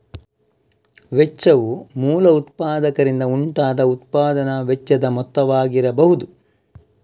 ವೆಚ್ಚವು ಮೂಲ ಉತ್ಪಾದಕರಿಂದ ಉಂಟಾದ ಉತ್ಪಾದನಾ ವೆಚ್ಚದ ಮೊತ್ತವಾಗಿರಬಹುದು